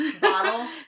bottle